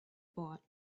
bought